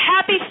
happy